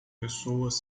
pessoas